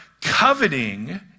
coveting